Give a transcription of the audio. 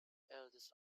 eldest